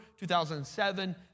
2007